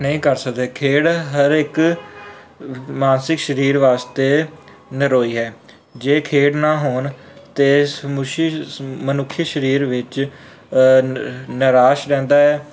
ਨਹੀਂ ਕਰ ਸਕਦੇ ਖੇਡ ਹਰ ਇੱਕ ਮਾਸਿਕ ਸਰੀਰ ਵਾਸਤੇ ਨਰੋਈ ਹੈ ਜੇ ਖੇਡ ਨਾ ਹੋਣ ਤਾਂ ਸਮੁਸ਼ੀ ਮਨੁੱਖੀ ਸਰੀਰ ਵਿੱਚ ਨਿਰਾਸ਼ ਰਹਿੰਦਾ ਹੈ